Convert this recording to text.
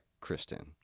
Kristen